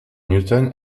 newton